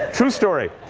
true story.